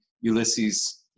Ulysses